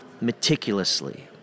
meticulously